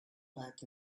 back